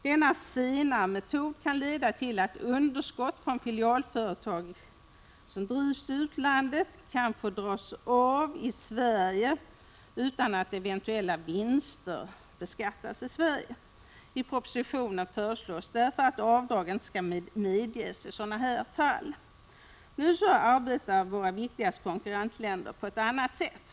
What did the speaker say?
Denna senare metod kan leda till att underskott från filialföretag som drivs i utlandet kan få dras av i Sverige utan att eventuella vinster skall beskattas i Sverige. I propositionen föreslås därför att avdrag inte skall medges i sådana fall. Våra viktigaste konkurrentländer arbetar emellertid på ett annat sätt.